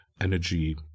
energy